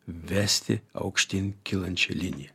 vesti aukštyn kylančia linija